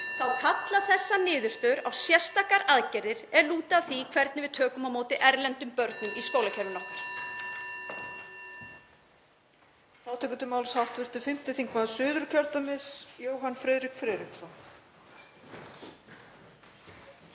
þá kalla þessar niðurstöður á sérstakar aðgerðir er lúta að því hvernig við tökum á móti erlendum börnum í skólakerfinu okkar.